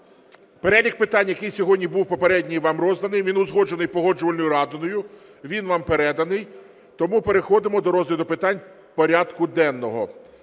перелік питань, який сьогодні був попередній вам розданий, він узгоджений Погоджувальною радою, він вам переданий, тому переходимо до розгляду питань порядку денного.